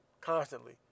constantly